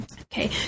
okay